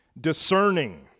discerning